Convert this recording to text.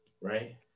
Right